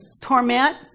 Torment